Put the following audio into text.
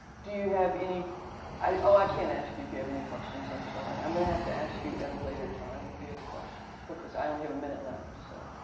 do you have any i ah i can't ask you if you have any questions, i'm sorry. i'm going to have to ask you at a later time if you have questions because i only have a minute left. so